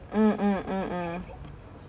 hmm